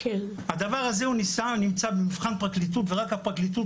הדבר הזה נמצא במבחן פרקליטות ורק הפרקליטות